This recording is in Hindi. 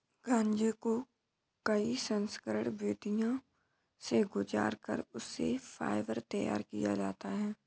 गांजे को कई संस्करण विधियों से गुजार कर उससे फाइबर तैयार किया जाता है